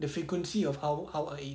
the frequency of how how I eat